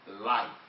life